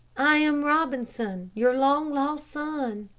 i am robinson, your long-lost son.